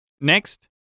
Next